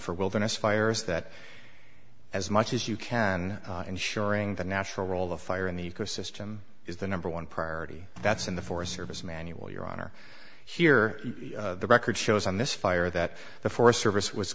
for wilderness fires that as much as you can ensuring the natural role of fire in the ecosystem is the number one priority that's in the forest service manual your honor here the record shows on this fire that the forest service was